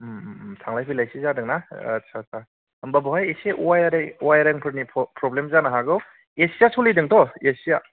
थांलाय फैलायसो जादों ना आत्सा सा होनबा बेवहाय एसे अयेर अयेरिंफोरनि प्रब्लेम जानो हागौ ए चिआ सोलिदोंथ' ए चिआ